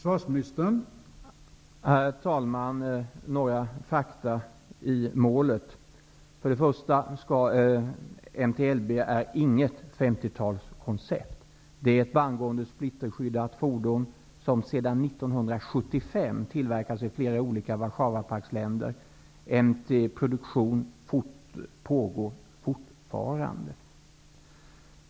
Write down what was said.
Herr talman! Några fakta i målet. För det första är MT-LB inget 50-talskoncept. Det är ett bandgående splitterskyddat fordon som sedan 1975 tillverkas i flera Warszawapaktsländer. MT produktionen pågår fortfarande.